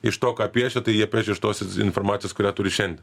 iš to ką piešia tai jie piešia iš tos informacijos kurią turi šiandie